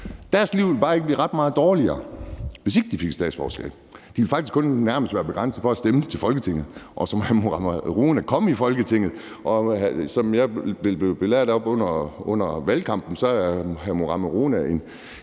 Deres liv ville bare ikke blive ret meget dårligere, hvis ikke de fik statsborgerskab. De ville faktisk nærmest kun være begrænset i forhold til at stemme til Folketinget. Hr. Mohammad Rona kom i Folketinget, og som jeg blev belært om under valgkampen, er hr. Mohammad Rona en